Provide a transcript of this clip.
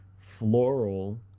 floral